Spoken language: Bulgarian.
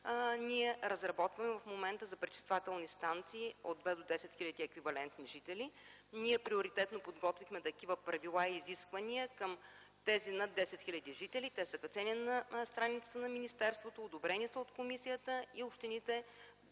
ние разработваме в момента за пречиствателни станции от 2000 до 10 000 еквивалент жители. Ние приоритетно подготвяхме такива правила и изисквания към тези над 10 000 жители. Те са качени на страницата на министерството, одобрени са от комисията и общините.